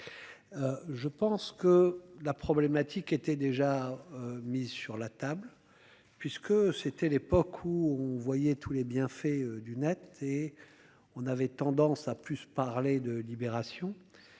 Je pense que la problématique était déjà mises sur la table puisque c'était l'époque où on voyait tous les bienfaits du Net et on avait tendance à plus parler de libération.